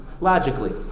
logically